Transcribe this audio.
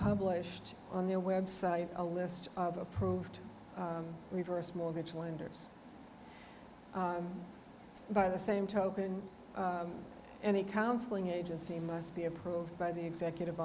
published on their website a list of approved reverse mortgage lenders by the same token and the counseling agency must be approved by the executive